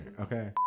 okay